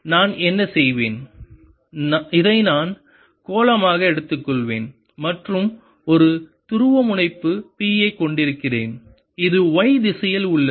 நான் என்ன செய்வேன் இதை நான் கோளமாக எடுத்துக்கொள்வேன் மற்றும் ஒரு துருவமுனைப்பு P ஐ கொண்டிருக்கிறேன் இது y திசையில் உள்ளது